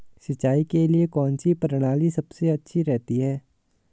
सिंचाई के लिए कौनसी प्रणाली सबसे अच्छी रहती है?